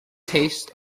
taste